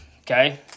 Okay